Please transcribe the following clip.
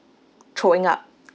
throwing up